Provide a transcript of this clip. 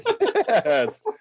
Yes